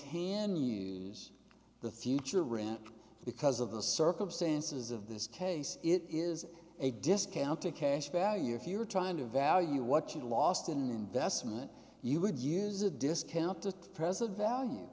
can use the future rant because of the circumstances of this case it is a discounted cash value if you're trying to value what you lost in an investment you would use a discount to present